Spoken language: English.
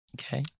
Okay